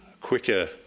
quicker